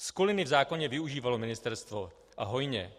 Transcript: Skuliny v zákoně využívalo ministerstvo, a hojně.